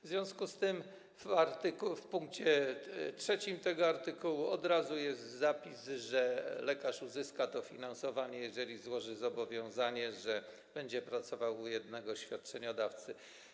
W związku z tym w pkt 3 tego artykułu od razu jest zapis, że lekarz uzyska to finansowanie, jeżeli złoży zobowiązanie, że będzie pracował u jednego świadczeniodawcy.